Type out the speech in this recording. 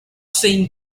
saying